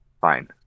fine